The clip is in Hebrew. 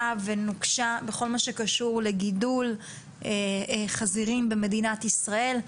ונוקשה בכל מה שקשור לגידול חזירים במדינת ישראל.